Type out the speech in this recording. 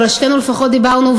אבל שתינו לפחות דיברנו,